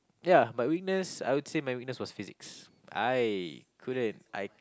ya my weakness I would say my weakness was Physics I couldn't I